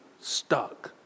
stuck